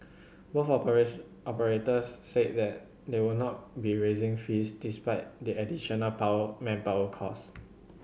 both operates operators said that they would not be raising fees despite the additional power manpower cost